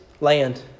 land